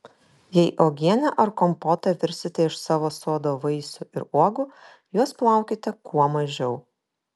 jei uogienę arba kompotą virsite iš savo sodo vaisių ir uogų juos plaukite kuo mažiau